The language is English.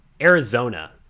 Arizona